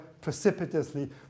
precipitously